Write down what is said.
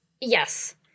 Yes